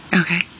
Okay